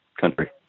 country